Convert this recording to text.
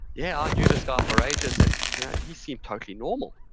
yeah, i knew this guy for ages and he yeah he seemed totally normally.